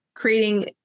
creating